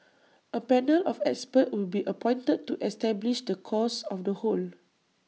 A panel of experts will be appointed to establish the cause of the hole